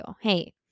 Hey